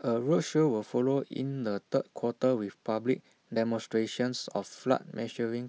A roadshow will follow in the third quarter with public demonstrations of flood measuring